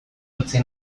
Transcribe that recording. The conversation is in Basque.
utzi